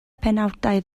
penawdau